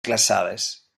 glaçades